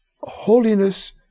holiness